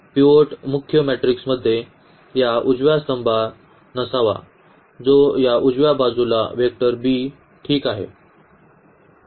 pivot मुख्य मॅट्रिक्समध्ये या उजव्या स्तंभात नसावा जो या उजव्या बाजूच्या वेक्टर b ठीक आहे